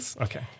Okay